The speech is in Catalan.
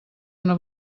una